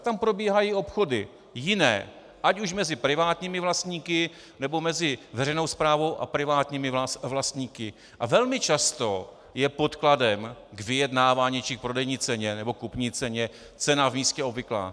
Tam probíhají obchody jiné, ať už mezi privátními vlastníky, nebo mezi veřejnou správou a privátními vlastníky, a velmi často je podkladem k vyjednávání či k prodejní ceně nebo kupní ceně cena v místě obvyklá.